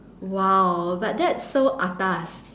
!wow! but that's so atas